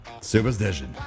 superstition